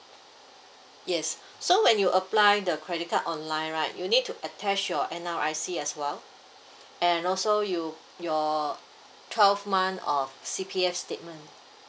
yes so when you apply the credit card online right you need to attach your N_R_I_C as well and also you your twelve month of C_P_F statement